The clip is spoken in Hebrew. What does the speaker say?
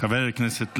חבר הכנסת לוי,